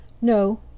No